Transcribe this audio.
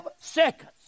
seconds